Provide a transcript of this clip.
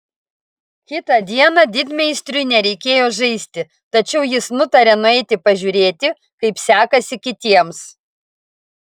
kitą dieną didmeistriui nereikėjo žaisti tačiau jis nutarė nueiti pažiūrėti kaip sekasi kitiems